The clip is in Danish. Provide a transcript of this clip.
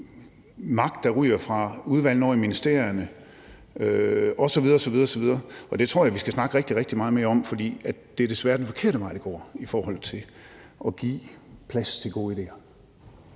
magt, der ryger fra udvalgene og over i ministerierne, osv. osv., og det tror jeg vi skal snakke rigtig, rigtig meget mere om, for det er desværre den forkerte vej, det går, i forhold til at give plads til gode idéer.